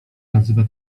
nazywa